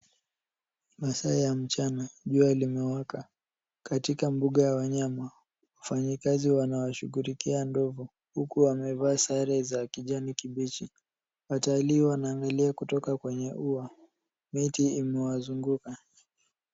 Masaa ya mchana. Jua limewaka. Katika mbuga ya wanyama, wafanyikazi wanawashughulikia ndovu huku wamevaa sare za kijani kibichi. Watalii wanaangalia kutoka kwenye ua. Miti imewazunguka.